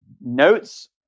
notes